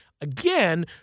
Again